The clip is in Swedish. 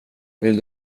vill